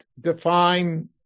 define